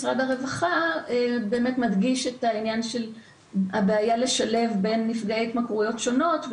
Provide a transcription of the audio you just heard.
משרד הרווחה מדגיש את העניין של הבעיה לשלב בין נפגעי התמכרויות שונות,